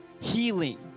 Healing